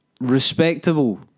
Respectable